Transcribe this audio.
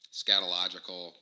scatological